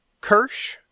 kirsch